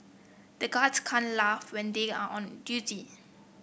the guards can't laugh when they are on duty